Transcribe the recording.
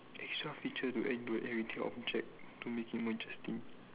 extra feature to add into everyday object to make it more interesting